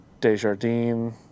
Desjardins